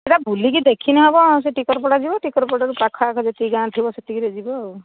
ଏଇଟା ବୁଲିକି ଦେଖିଲେ ହେବ ସେ ଟିକରପଡ଼ା ଯିବ ଟିକରପଡ଼ାରୁ ପାଖ ଆଖ ଯେତିକି ଗାଁ ଥିବ ସେତିକିରେ ଯିବ ଆଉ